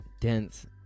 dense